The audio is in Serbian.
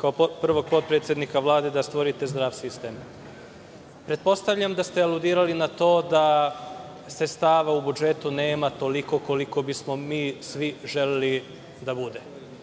kao prvog potpredsednika Vlade da stvorite zdrav sistem. Pretpostavljam da ste aludirali na to da sredstava u budžetu nema toliko koliko bi smo mi svi želeli da bude.